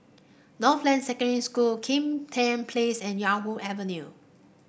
Northland Secondary School Kim Tian Place and Yarwood Avenue